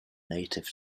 native